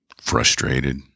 frustrated